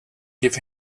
give